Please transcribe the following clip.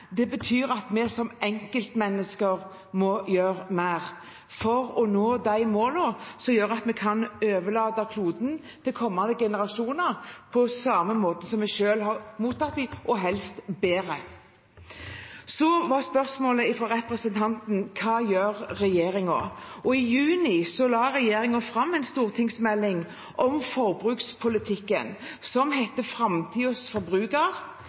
at vi som enkeltmennesker må gjøre mer for å nå de målene som gjør at vi kan overlate kloden til kommende generasjoner på samme måte som vi selv har mottatt den – og helst bedre. Spørsmålet fra representanten var: Hva gjør regjeringen? I juni la regjeringen fram en stortingsmelding om forbrukspolitikken som